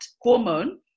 hormone